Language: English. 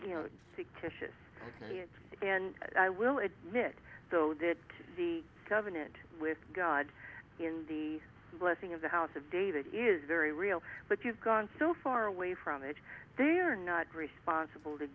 you and i will admit though that the covenant with god in the blessing of the house of david is very real but you've gone so far away from it they are not responsible to